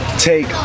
take